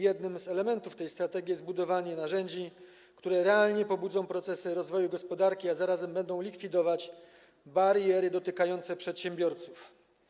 Jednym z elementów tej strategii jest budowanie narzędzi, które realnie pobudzą procesy rozwoju gospodarki, a zarazem będą likwidować bariery dotykające przedsiębiorców.